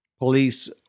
police